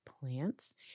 plants